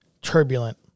turbulent